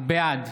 בעד